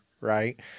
right